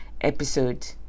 episode